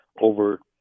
over